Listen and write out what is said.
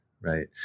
right